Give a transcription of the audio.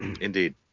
indeed